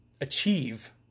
achieve